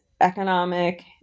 economic